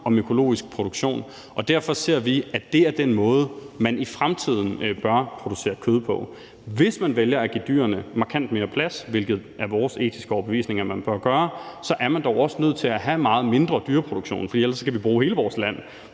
om økologisk produktion. Derfor ser vi, at det er den måde, man i fremtiden bør producere kød på. Hvis man vælger at give dyrene markant mere plads, hvilket man efter vores etiske overbevisning bør gøre, så er man dog også nødt til at have meget mindre dyreproduktion, for ellers kan vi bruge hele vores land